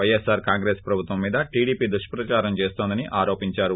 వైఎస్సార్ కాంగ్రెస్ ప్రభుత్వం మీద టీడీపీ దుష్క దారం చేస్తోందని ఆరోపందారు